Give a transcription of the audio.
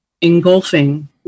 engulfing